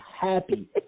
happy